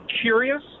curious